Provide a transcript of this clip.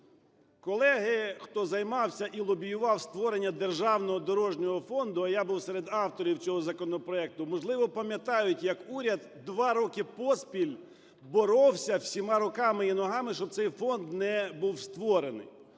Колеги, хто займався і лобіював створення Державного дорожнього фонду, а я був серед авторів цього законопроекту, можливо, пам'ятають, як уряд 2 роки поспіль боровся, всіма руками і ногами, щоб цей фонд не був створений.